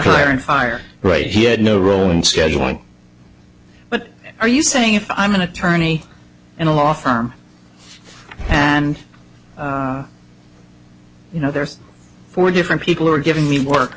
and fire right he had no role in scheduling but are you saying if i'm an attorney and a law firm patton you know there are four different people who are giving me work